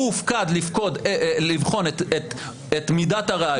הוא הופקד לבחון את מידת הראיות.